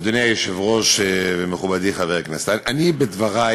אדוני היושב-ראש ומכובדי חבר הכנסת, בדברי